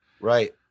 Right